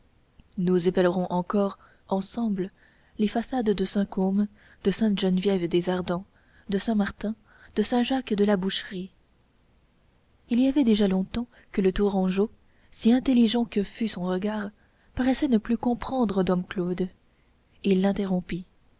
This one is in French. nous épellerons encore ensemble les façades de saint côme de sainte geneviève des ardents de saint-martin de saint jacques de la boucherie il y avait déjà longtemps que le tourangeau si intelligent que fût son regard paraissait ne plus comprendre dom claude il l'interrompit